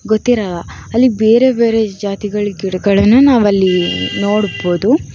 ಗೊತ್ತಿರಲ್ಲ ಅಲ್ಲಿ ಬೇರೆ ಬೇರೆ ಜಾತಿಗಳ ಗಿಡಗಳನ್ನು ನಾವಲ್ಲಿ ನೋಡ್ಬೋದು